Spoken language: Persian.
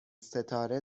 ستاره